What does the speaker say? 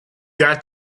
got